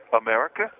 America